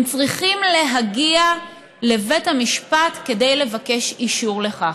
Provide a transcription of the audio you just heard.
הם צריכים להגיע לבית המשפט כדי לבקש אישור לכך.